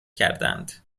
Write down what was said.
کردند